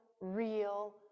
real